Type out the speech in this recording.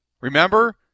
Remember